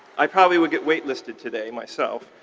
i probably would get waitlisted today myself.